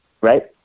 right